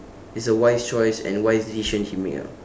it's a wise choice and wise decision he make ah